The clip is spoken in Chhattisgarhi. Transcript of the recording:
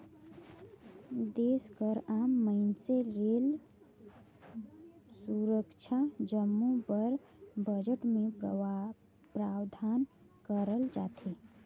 देस कर आम मइनसे रेल, सुरक्छा जम्मो बर बजट में प्रावधान करल जाथे